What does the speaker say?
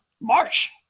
March